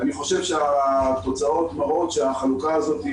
אני חושב שהתוצאות מראות שהחלוקה הזאת היא